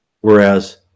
whereas